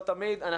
לא תמיד,